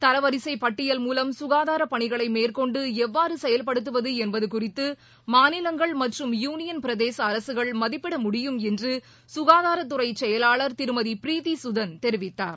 தரவரிசைப் பட்டியல் மூலம் சுகாதாரப் பணிகளை மேற்கொண்டு எவ்வாறு செயல்படுத்துவது என்பது குறித்து மாநிலங்கள் மற்றும் யூனியன் பிரதேச அரசுகள் மதிப்பிட முடியும் என்று சுகாதாரத் துறை செயலாளர் திருமதி பிரீத்தி சுதன் தெரிவித்தார்